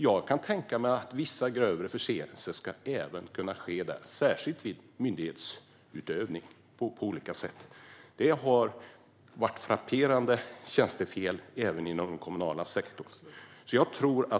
Jag kan tänka mig att det även ska kunna ske där vid vissa grövre förseelser, särskilt vid myndighetsutövning på olika sätt. Det har varit frapperande tjänstefel även inom den kommunala sektorn.